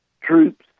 troops